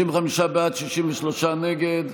55 בעד, 63 נגד.